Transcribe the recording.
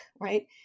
right